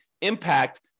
impact